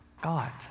God